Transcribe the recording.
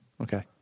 Okay